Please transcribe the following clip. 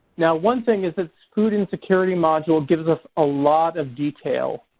now, one thing is this food insecurity module gives us a lot of detail.